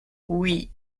oui